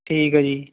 ਠੀਕ ਹੈ ਜੀ